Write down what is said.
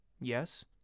Yes